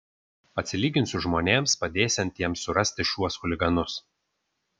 atsilyginsiu žmonėms padėsiantiems surasti šiuos chuliganus